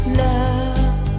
love